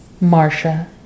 Marcia